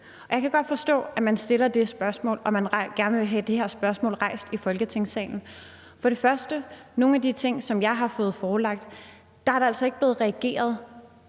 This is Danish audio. Jeg kan godt forstå, at man stiller det spørgsmål og man gerne vil have det her spørgsmål rejst i Folketingssalen. Først og fremmest er der i forhold til nogle af de ting, som jeg har fået forelagt, altså ikke blevet reageret